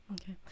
okay